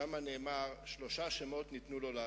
שם נאמר: שלושה שמות ניתנו לו לאדם,